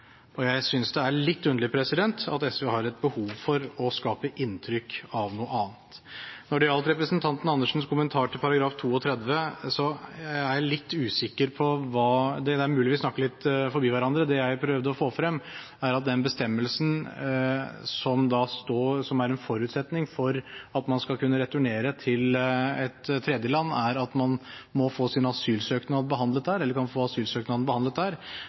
litt underlig at SV har et behov for å skape inntrykk av noe annet. Når det gjaldt representanten Andersens kommentar til § 32, er jeg litt usikker. Det er mulig vi snakker litt forbi hverandre. Det jeg prøvde å få frem, er at den bestemmelsen som er en forutsetning for at man skal kunne returnere til et tredjeland, er at man kan få sin asylsøknad behandlet der.